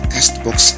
CastBox